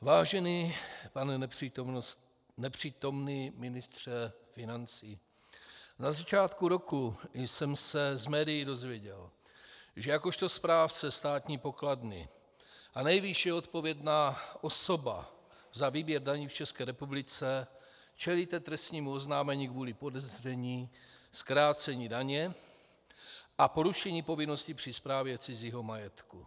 Vážený pane nepřítomný ministře financí, na začátku roku jsem se z médií dozvěděl, že jakožto správce státní pokladny a nejvyšší odpovědná osoba za výběr daní v České republice čelíte trestnímu oznámení kvůli podezření z krácení daně a porušení povinnosti při správě cizího majetku.